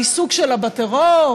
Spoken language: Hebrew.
והעיסוק שלה בטרור,